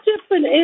different